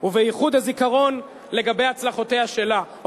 ובייחוד הזיכרון לגבי הצלחותיה שלה.